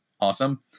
awesome